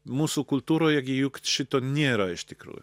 mūsų kultūroje gi juk šito nėra iš tikrųjų